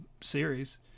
series